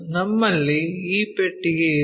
ನಮ್ಮಲ್ಲಿ ಈ ಪೆಟ್ಟಿಗೆ ಇದೆ